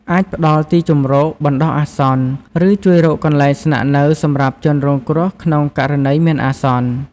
អាចផ្តល់ទីជម្រកបណ្តោះអាសន្ន ឬជួយរកកន្លែងស្នាក់នៅសម្រាប់ជនរងគ្រោះក្នុងករណីមានអាសន្ន។